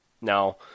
Now